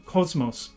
Cosmos